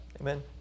Amen